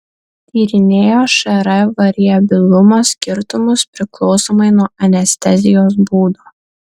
tyrinėjo šr variabilumo skirtumus priklausomai nuo anestezijos būdo